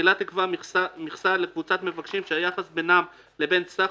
תחילת תיקבע מכסה לקבוצת מבקשים שהיחס בינם לבין סך